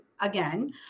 again